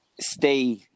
stay